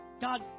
God